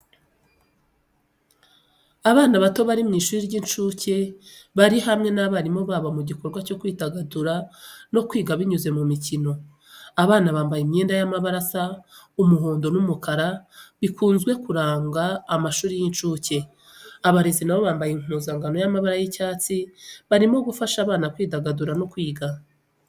Abana bato bari mu ishuri ry’incuke bari hamwe n’abarimu babo mu gikorwa cyo kwidagadura no kwiga binyuze mu mikino. Abana bambaye imyenda y’amabara asa umuhondo n’umukara, bikunze kuranga amashuri y’incuke. Abarezi nabo bambaye impuzankano y’amabara y’icyatsi, barimo gufasha abana kwidagadura no kwiga.